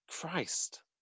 Christ